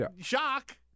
shock